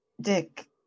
Dick